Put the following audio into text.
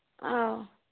ꯑꯥꯎ